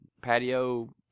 patio